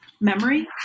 memory